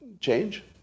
change